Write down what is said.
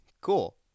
cool